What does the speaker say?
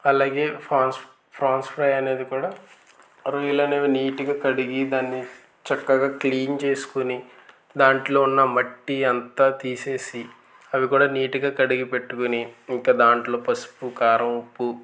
అలాగే prawns prawns fry అనేది కూడా రొయ్యలు అనేవి నీటిగా కడిగి దాన్ని చక్కగా క్లీన్ చేసుకుని దాంట్లో ఉన్న మట్టి అంతా తీసి అవి కూడా నీట్గా కడిగి పెట్టుకుని ఇంక దాంట్లో పసుపు కారం ఉప్పు